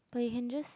but you can just